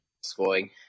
scoring